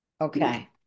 Okay